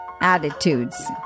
attitudes